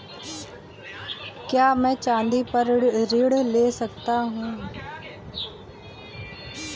क्या मैं चाँदी पर ऋण ले सकता हूँ?